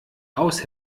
aus